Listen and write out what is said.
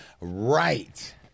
Right